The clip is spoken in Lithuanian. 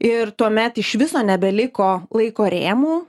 ir tuomet iš viso nebeliko laiko rėmų